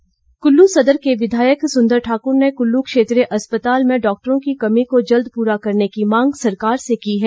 सुंदर ठाकुर कुल्लू सदर के विधायक सुंदर ठाकुर ने कुल्लू क्षेत्रीय अस्पताल में डॉक्टरों की कमी को जल्द पूरा करने की मांग सरकार से की है